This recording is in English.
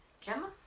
Gemma